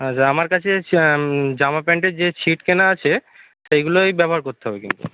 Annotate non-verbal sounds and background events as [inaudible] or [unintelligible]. আচ্ছা আমার কাছে [unintelligible] জামা প্যান্টের যে ছিট কেনা আছে সেইগুলোই ব্যবহার করতে হবে কিন্তু